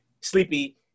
sleepy